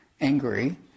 angry